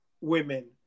women